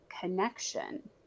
connection